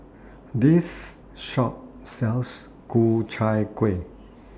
This Shop sells Ku Chai Kueh